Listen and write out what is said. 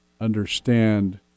understand